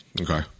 Okay